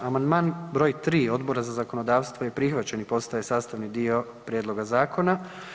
Amandman br. 3 Odbora za zakonodavstvo je prihvaćen i postaje sastavni dio prijedloga zakona.